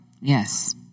Yes